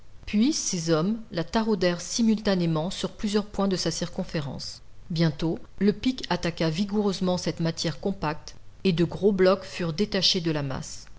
puis ses hommes la taraudèrent simultanément sur plusieurs points de sa circonférence bientôt le pic attaqua vigoureusement cette matière compacte et de gros blocs furent détachés de la masse